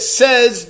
says